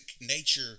nature